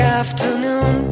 afternoon